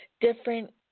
different